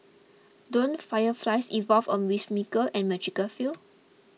don't fireflies involve a whimsical and magical feel